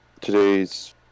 today's